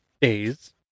days